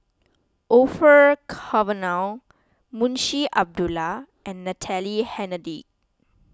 Orfeur Cavenagh Munshi Abdullah and Natalie Hennedige